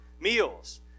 meals